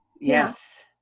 Yes